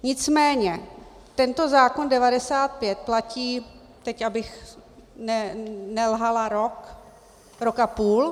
Nicméně tento zákon č. 95 platí teď abych nelhala rok, rok a půl?